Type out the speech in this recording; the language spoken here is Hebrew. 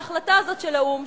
ההחלטה הזאת של האו"ם,